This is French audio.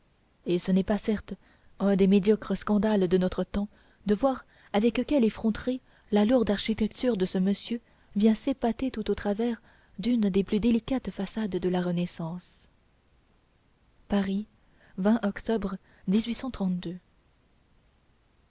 et ce n'est pas certes un des médiocres scandales de notre temps de voir avec quelle effronterie la lourde architecture de ce monsieur vient s'épater tout au travers d'une des plus délicates façades de la renaissance paris octobre